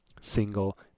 single